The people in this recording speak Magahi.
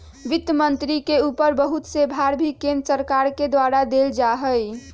वित्त मन्त्री के ऊपर बहुत से भार भी केन्द्र सरकार के द्वारा देल जा हई